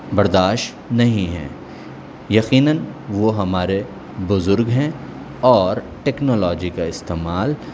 برداشت نہیں ہے یقیناً وہ ہمارے بزرگ ہیں اور ٹیکنالوجی کا استعمال